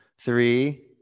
Three